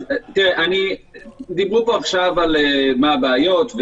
דיברו על הבעיות,